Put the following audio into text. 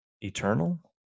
eternal